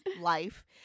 life